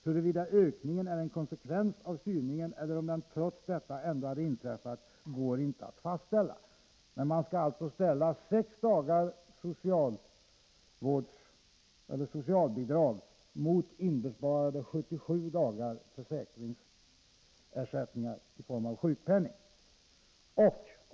Huruvida ökningen är en konsekvens av styrningen eller om den trots detta ändå hade inträffat går inte att fastställa med denna undersökning.” Men man skall också ställa sex dagars socialbidrag mot inbesparade 77 dagars försäkringsersättning i form av sjukpenning.